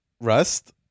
Rust